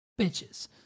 bitches